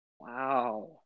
Wow